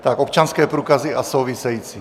Tak občanské průkazy a související.